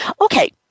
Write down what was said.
Okay